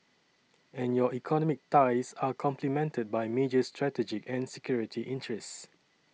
and your economic ties are complemented by major strategic and security interests